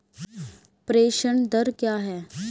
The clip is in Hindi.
प्रेषण दर क्या है?